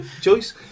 choice